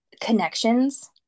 connections